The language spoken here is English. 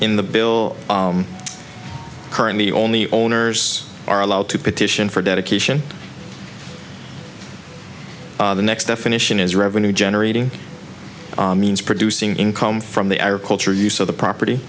in the bill currently only owners are allowed to petition for dedication the next definition is revenue generating means producing income from the agricultural use of the property